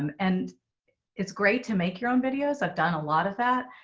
um and it's great to make your own videos. i've done a lot of that.